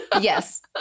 Yes